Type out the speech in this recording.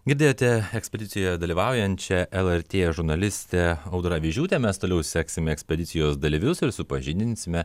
girdėjote ekspedicijoje dalyvaujančią lrt žurnalistę audrą avižiūtę mes toliau seksime ekspedicijos dalyvius ir supažindinsime